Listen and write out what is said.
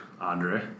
Andre